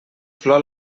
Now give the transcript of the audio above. flor